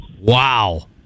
Wow